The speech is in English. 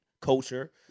culture